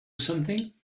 something